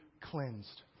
cleansed